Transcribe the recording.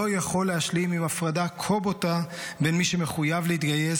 לא יכול להשלים עם הפרדה כה בוטה בין מי שמחויב להתגייס